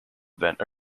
event